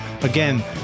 Again